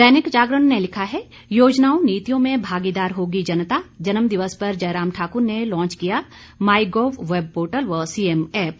दैनिक जागरण ने लिखा है योजनाओं नीतियों में भागीदार होगी जनता जन्मदिवस पर जयराम ठाकुर ने लांच किया मॉयगोव वेब पोर्टल व सीएम एप